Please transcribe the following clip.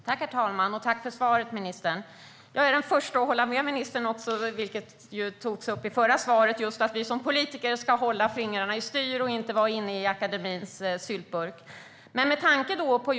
Herr talman! Tack för svaret, ministern! Jag är den förste att hålla med ministern att vi som politiker ska hålla fingrarna i styr och inte vara inne i akademins syltburk, vilket togs upp i förra svaret.